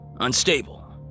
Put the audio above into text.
unstable